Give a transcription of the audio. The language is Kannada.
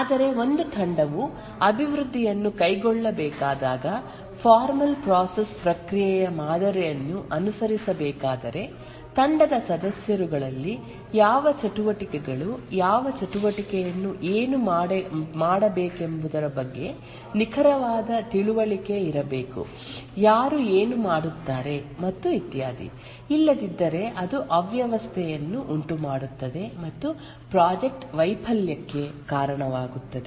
ಆದರೆ ಒಂದು ತಂಡವು ಅಭಿವೃದ್ಧಿಯನ್ನು ಕೈಗೊಳ್ಳಬೇಕಾದಾಗ ಫಾರ್ಮಲ್ ಪ್ರೋಸೆಸ್ ಪ್ರಕ್ರಿಯೆಯ ಮಾದರಿಯನ್ನು ಅನುಸರಿಸಬೇಕಾದರೆ ತಂಡದ ಸದಸ್ಯರುಗಳಲ್ಲಿ ಯಾವ ಚಟುವಟಿಕೆಗಳು ಯಾವ ಚಟುವಟಿಕೆಯನ್ನು ಏನು ಮಾಡಬೇಕೆಂಬುದರ ಬಗ್ಗೆ ನಿಖರವಾದ ತಿಳುವಳಿಕೆ ಇರಬೇಕು ಯಾರು ಏನು ಮಾಡುತ್ತಾರೆ ಮತ್ತು ಇತ್ಯಾದಿ ಇಲ್ಲದಿದ್ದರೆ ಅದು ಅವ್ಯವಸ್ಥೆಯನ್ನು ಉಂಟು ಮಾಡುತ್ತದೆ ಮತ್ತು ಪ್ರಾಜೆಕ್ಟ್ ವೈಫಲ್ಯಕ್ಕೆ ಕಾರಣವಾಗುತ್ತದೆ